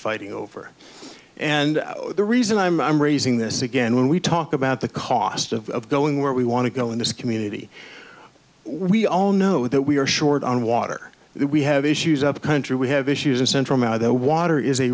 fighting over and the reason i'm i'm raising this again when we talk about the cost of going where we want to go in this community we all know that we are short on water we have issues of the country we have issues are central now the water is a